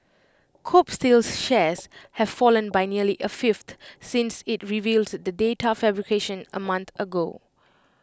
Kobe steel's shares have fallen by nearly A fifth since IT revealed the data fabrication A month ago